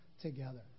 together